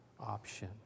option